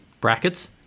brackets